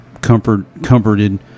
comforted